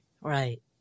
Right